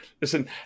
listen